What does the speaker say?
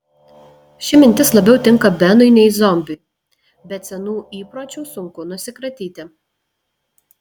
ši mintis labiau tinka benui nei zombiui bet senų įpročių sunku nusikratyti